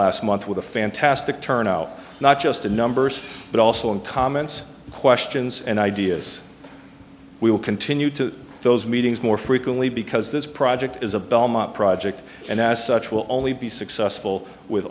last month with a fantastic turnout not just in numbers but also in comments questions and ideas we will continue to those meetings more frequently because this project is a belmont project and as such will only be successful with